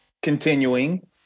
Continuing